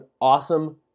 awesome